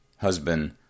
husband